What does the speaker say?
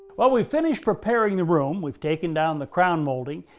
while we finish preparing the room, we've taken down the crown molding,